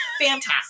Fantastic